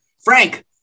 Frank